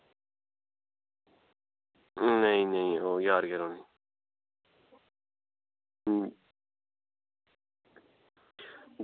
नेईं नेईं ओह् ज्हार गै रौह्नी